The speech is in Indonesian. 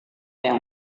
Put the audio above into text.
yang